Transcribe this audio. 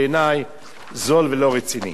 תודה רבה לחבר הכנסת נסים זאב.